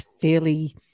fairly